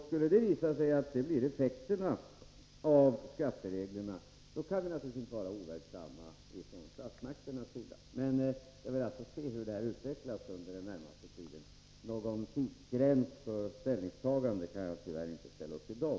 Skulle det visa sig att detta blir effekterna av skattereglerna, kan vi naturligtvis inte vara overksamma från statsmakternas sida. Men jag vill alltså se hur det här utvecklas under den närmaste tiden. Någon tidsgräns för ställningstagande kan jag tyvärr inte ange i dag.